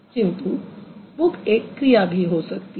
किन्तु बुक एक क्रिया भी हो सकती है